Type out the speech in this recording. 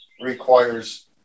requires